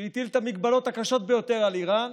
שהטיל את המגבלות הקשות ביותר על איראן,